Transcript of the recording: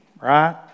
right